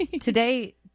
today